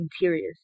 interiors